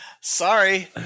Sorry